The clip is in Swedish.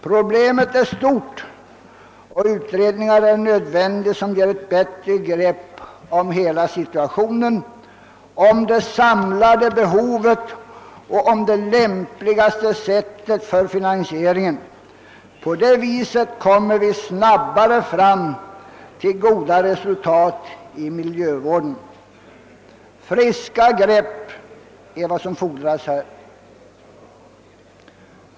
Problemet är stort, och det är nödvändigt med utredningar som ger ett bättre grepp om hela situationen, om det samlade behovet och om det lämpligaste sättet för finansieringen. På det sättet kommer vi snabbare fram till goda resultat inom miljövården. Friska grepp är vad som fordras här.